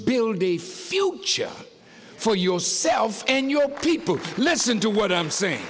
build a future for yourself and your people listen to what i'm saying